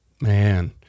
man